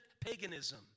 paganism